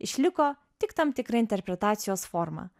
išliko tik tam tikra interpretacijos forma